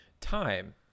time